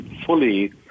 fully